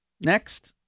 Next